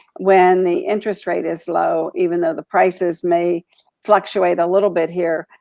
when the interest rate is low, even though the prices may fluctuate a little bit here,